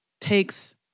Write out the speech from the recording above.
takes